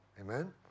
Amen